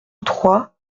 trois